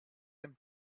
him